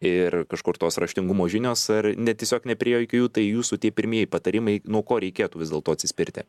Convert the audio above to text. ir kažkur tos raštingumo žinios ar ne tiesiog nepriėjo iki jų tai jūsų tie pirmieji patarimai nuo ko reikėtų vis dėlto atsispirti